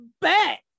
bet